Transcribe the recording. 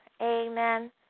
Amen